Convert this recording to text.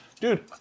Dude